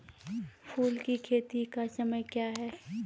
फुल की खेती का समय क्या हैं?